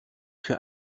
für